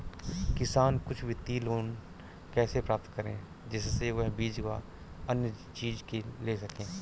किसान कुछ वित्तीय लोन कैसे प्राप्त करें जिससे वह बीज व अन्य चीज ले सके?